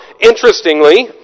interestingly